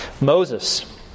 Moses